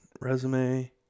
Resume